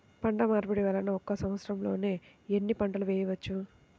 పంటమార్పిడి వలన ఒక్క సంవత్సరంలో ఎన్ని పంటలు వేయవచ్చు?